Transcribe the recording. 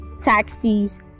taxis